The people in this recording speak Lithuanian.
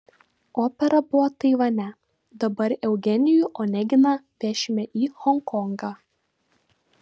opera buvo taivane dabar eugenijų oneginą vešime į honkongą